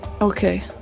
okay